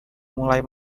mulai